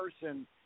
person